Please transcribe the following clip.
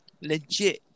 legit